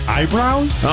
Eyebrows